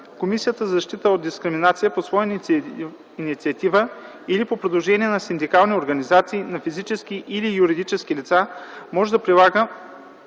Комисията за защита от дискриминация по своя инициатива или по предложение на синдикални организации, на физически или юридически лица може да прилага